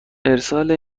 ارسال